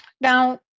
Now